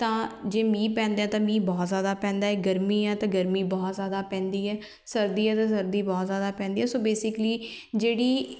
ਤਾਂ ਜੇ ਮੀਂਹ ਪੈਂਦੇ ਆ ਤਾਂ ਮੀਂਹ ਬਹੁਤ ਜ਼ਿਆਦਾ ਪੈਂਦਾ ਗਰਮੀ ਹੈ ਤਾਂ ਗਰਮੀ ਬਹੁਤ ਜ਼ਿਆਦਾ ਪੈਂਦੀ ਹੈ ਸਰਦੀ ਹੈ ਤਾਂ ਸਰਦੀ ਬਹੁਤ ਜ਼ਿਆਦਾ ਪੈਂਦੀ ਹੈ ਸੋ ਬੇਸਿਕਲੀ ਜਿਹੜੀ